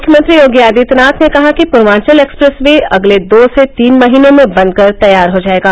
मुख्यमंत्री योगी आदित्यनाथ ने कहा कि पूर्वांचल एक्सप्रेस वे अगले दो से तीन महीनों में बनकर तैयार हो जाएगा